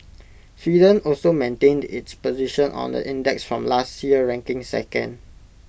Sweden also maintained its position on the index from last year ranking second